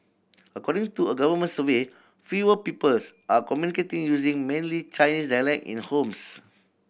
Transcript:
according to a government survey fewer people are communicating using mainly Chinese dialect in homes